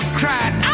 cried